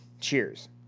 Cheers